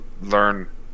learn